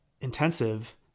intensive